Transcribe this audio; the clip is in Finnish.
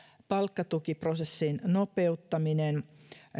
palkkatukiprosessin nopeuttaminen